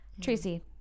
Tracy